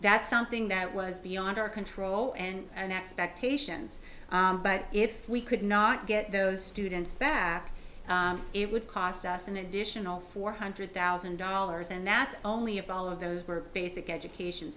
that's something that was beyond our control and expectations but if we could not get those students back it would cost us an additional four hundred thousand dollars and that only of all of those were basic education